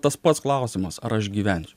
tas pats klausimas ar aš gyvensiu